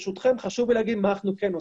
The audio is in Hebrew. ברשותכם, חשוב לי לומר מה אנחנו כן עושים.